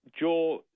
Joe